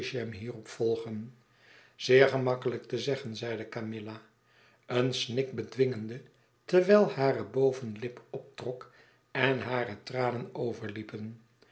hierop volgen zeer gemakkelijk te zeggen zeide camilla een snik bedwingende terwijl hare bovenlip optrok en hare tranen